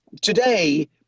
today